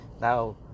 Now